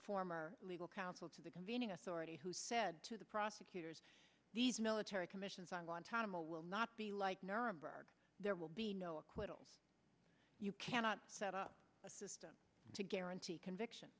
former legal counsel to the convening authority who said to the prosecutors these military commissions on guantanamo will not be like nuremberg there will be no acquittals you cannot set up a system to guarantee conviction